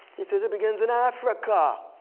he says it begins in africa.